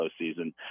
postseason